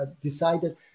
decided